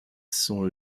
sont